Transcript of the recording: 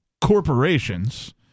corporations